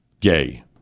gay